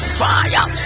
fire